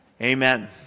Amen